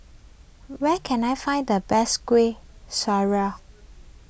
where can I find the best Kueh Syara